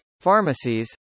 pharmacies